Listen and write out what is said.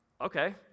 okay